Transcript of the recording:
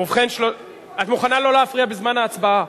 את מוכנה לא להפריע בזמן ההצבעה?